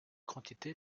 quantité